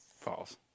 False